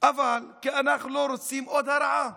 כי אנחנו לא רוצים עוד הרעה,